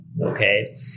Okay